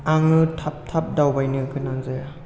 आङाे थाब थाब दावबायनो गोनां जाया